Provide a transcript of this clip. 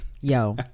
Yo